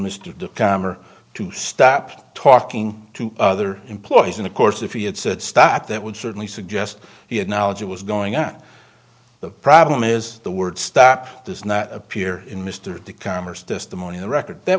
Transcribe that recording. de calmer to stop talking to other employees and of course if he had said stop that would certainly suggest he had knowledge of what's going on the problem is the word stop does not appear in mr de commerce testimony the record that